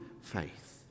faith